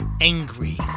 angry